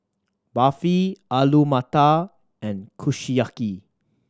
Barfi Alu Matar and Kushiyaki